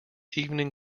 evening